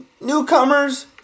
newcomers